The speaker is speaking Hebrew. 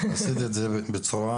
עשית את זה בצורה